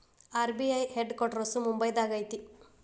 RBI headquarters ಮುಂಬೈದಾಗ ಐತಿ